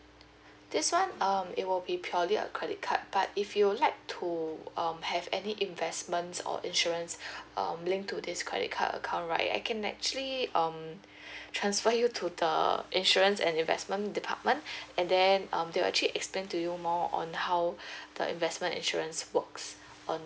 this [one] um it will be purely a credit card but if you would like to um have any investments or insurance um link to this credit card account right I can actually um transfer you to the insurance and investment department and then um they will actually explain to you more on how the investment insurance works on